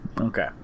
Okay